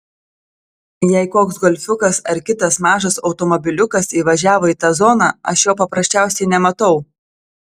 jei koks golfiukas ar kitas mažas automobiliukas įvažiavo į tą zoną aš jo paprasčiausiai nematau